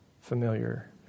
familiar